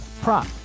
prop